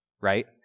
right